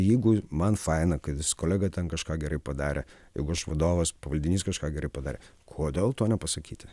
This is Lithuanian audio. jeigu man faina kad kolega ten kažką gerai padarė jeigu aš vadovas pavaldinys kažką gerai padarė kodėl to nepasakyti